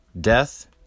Death